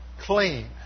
clean